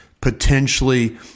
potentially